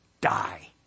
die